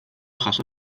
jaso